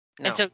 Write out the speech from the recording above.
No